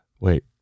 Wait